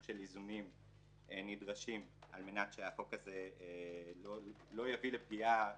של איזונים נדרשים על מנת שהחוק הזה לא יביא לפגיעה